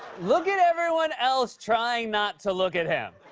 look at everyone else trying not to look at him.